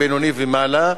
בינוני ומעלה,